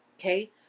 Okay